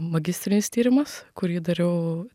magistrinis tyrimas kurį dariau